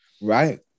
Right